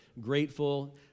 grateful